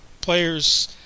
players